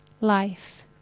life